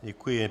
Děkuji.